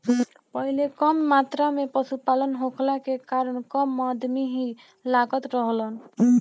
पहिले कम मात्रा में पशुपालन होखला के कारण कम अदमी ही लागत रहलन